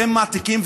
אתם מעתיקים,